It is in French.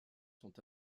sont